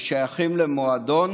ששייכים למועדון